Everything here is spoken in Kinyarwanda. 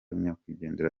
nyakwigendera